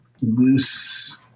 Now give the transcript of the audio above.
loose